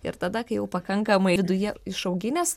ir tada kai jau pakankamai viduje išauginęs